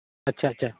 ᱟᱪᱪᱷᱟᱼᱟᱪᱪᱷᱟ